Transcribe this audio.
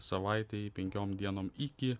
savaitei penkiom dienom iki